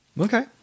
okay